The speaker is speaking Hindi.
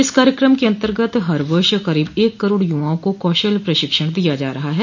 इस कार्यक्रम के अंतर्गत हर वर्ष करीब एक करोड़ युवाओं को कौशल प्रशिक्षण दिया जा रहा है